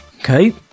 Okay